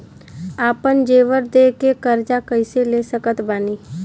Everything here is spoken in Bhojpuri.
आपन जेवर दे के कर्जा कइसे ले सकत बानी?